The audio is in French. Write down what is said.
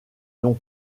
long